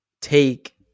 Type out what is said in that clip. take